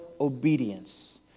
obedience